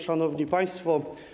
Szanowni Państwo!